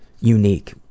unique